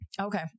Okay